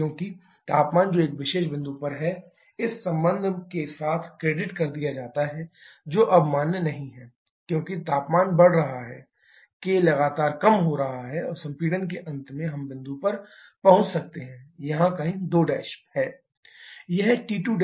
क्योंकि तापमान जो एक विशेष बिंदु पर है इस संबंध के साथ क्रेडिट कर दिया जाता है जो अब मान्य नहीं है क्योंकि तापमान बढ़ रहा है k लगातार कम हो रहा है और संपीड़न के अंत में हम बिंदु पर पहुंच सकते हैं यहां कहीं 2' है